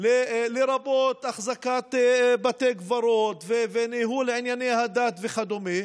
לרבות אחזקת בתי קברות וניהול ענייני הדת וכדומה,